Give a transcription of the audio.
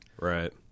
right